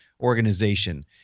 organization